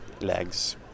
legs